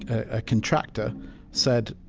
a contractor said,